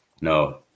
No